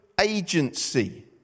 agency